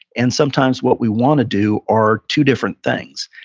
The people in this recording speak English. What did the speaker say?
and sometimes what we want to do are two different things.